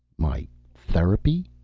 my therapy?